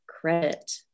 credit